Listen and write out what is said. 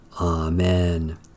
Amen